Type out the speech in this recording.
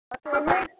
हाँ तो यह